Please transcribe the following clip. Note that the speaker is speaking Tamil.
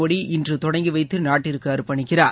மோடி இன்று தொடங்கி வைத்து நாட்டிற்கு அர்ப்பணிக்கிறார்